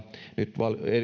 nyt